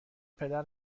پدر